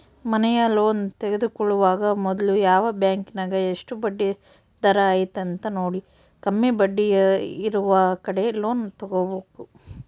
ಮನೆಯ ಲೋನ್ ತೆಗೆದುಕೊಳ್ಳುವಾಗ ಮೊದ್ಲು ಯಾವ ಬ್ಯಾಂಕಿನಗ ಎಷ್ಟು ಬಡ್ಡಿದರ ಐತೆಂತ ನೋಡಿ, ಕಮ್ಮಿ ಬಡ್ಡಿಯಿರುವ ಕಡೆ ಲೋನ್ ತಗೊಬೇಕು